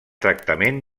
tractament